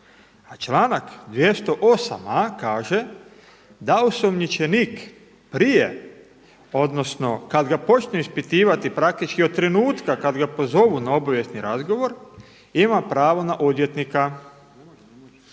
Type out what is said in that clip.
članak 208.a kaže da osumnjičenih prije, odnosno kada ga počnu ispitivati praktički od trenutka kada ga pozovu na obavijesni razgovor ima pravo na odvjetnika.